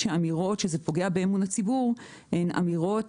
האמירות שזה פוגע באמון הציבור הן אמירות